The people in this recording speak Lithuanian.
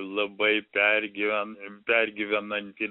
labai pergyven pergyvenantį